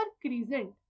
crescent